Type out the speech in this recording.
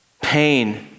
Pain